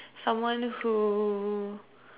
someone who